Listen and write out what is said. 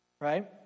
right